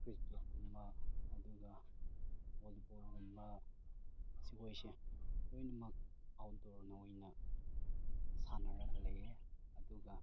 ꯀ꯭ꯔꯤꯛꯀꯦꯠꯀꯨꯝꯕ ꯑꯗꯨꯒ ꯕꯣꯜꯂꯤꯕꯣꯜꯒꯨꯝꯕ ꯑꯁꯤꯈꯩꯁꯦ ꯂꯣꯏꯅꯃꯛ ꯑꯥꯎꯠꯗꯣꯔꯅ ꯑꯣꯏꯅ ꯁꯥꯟꯅꯔꯒ ꯂꯩꯌꯦ ꯑꯗꯨꯒ